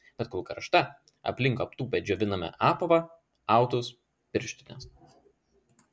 bet kol karšta aplink aptūpę džioviname apavą autus pirštines